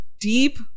deep